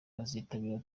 abazitabira